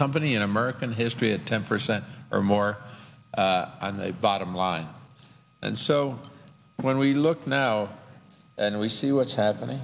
company in american history a temper cents or more on the bottom line and so when we look now and we see what's happening